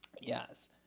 Yes